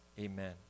Amen